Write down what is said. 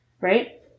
right